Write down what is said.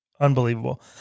Unbelievable